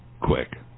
quick